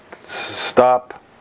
Stop